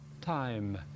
time